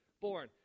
born